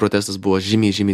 protestas buvo žymiai žymiai